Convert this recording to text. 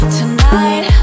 tonight